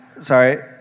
sorry